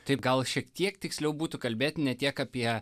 tai gal šiek tiek tiksliau būtų kalbėt ne tiek apie